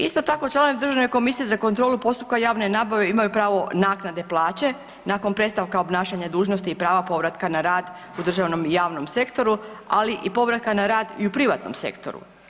Isto tako članak Državne komisije za kontrolu postupaka javne nabave imaju pravo naknade plaće nakon prestanka obnašanja dužnosti i prava povratka na rad u državnom i javnom sektoru, ali i povratka na rad i u privatnom sektoru.